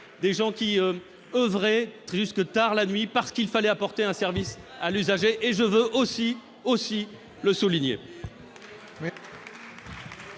des gens qui oeuvrait jusque tard la nuit parce qu'il fallait apporter un service à l'usager et je veux aussi aussi le souligner.